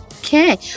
Okay